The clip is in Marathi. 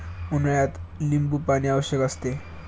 उन्हाळ्यात लिंबूपाणी आवश्यक असते